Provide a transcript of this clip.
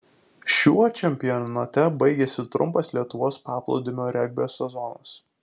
šiuo čempionate baigėsi trumpas lietuvos paplūdimio regbio sezonas